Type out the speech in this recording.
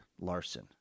Larson